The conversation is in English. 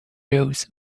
those